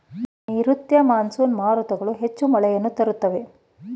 ನೈರುತ್ಯ ಮಾನ್ಸೂನ್ ಮಾರುತಗಳು ಹೆಚ್ಚು ಮಳೆಯನ್ನು ತರುತ್ತವೆ